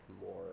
more